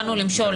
באנו למשול,